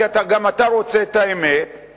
כי גם אתה רוצה את האמת,